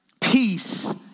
peace